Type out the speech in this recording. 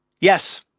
Yes